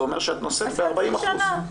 זה אומר שאת נושאת ב-40 אחוזים.